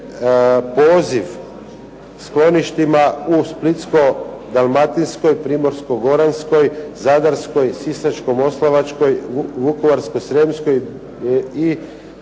poziv skloništima u Splitsko-dalmatinskoj, Primorsko-goranskoj, Zadarskoj, Sisačko-moslavačkoj, Vukovarsko-srijemskoj i